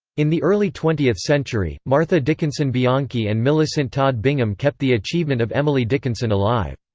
in the early twentieth century, martha dickinson bianchi and millicent todd bingham kept the achievement of emily dickinson alive.